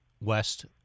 West